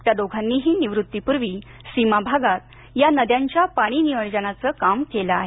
त्या दोघांनीही निवृत्तीपूर्वी सीमाभागात या नद्यांच्या पाणी नियोजनाचं काम केलं आहे